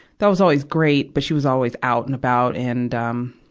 that was always great, but she was always out and about, and, um,